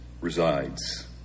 resides